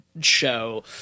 show